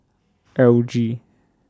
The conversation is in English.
L G